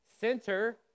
Center